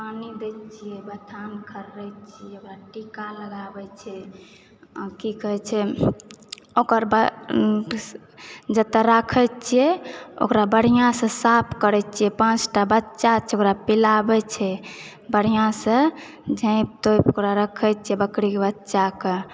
पानि दै छियै मखान खररै छियै एते काम भय जाइ छै की कहै छै ओकर बाद जतय राखै छियै ओकरा बढ़िऑं सऽ साफ करै छियै पाँचटा बच्चा छै ओकरा फुलाबै छै बढ़िऑं सॅं झाँपि तोपि कऽ ओकरा रखै छियै बकरीक बच्चा के